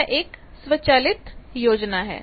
यह एक स्वचालित योजना है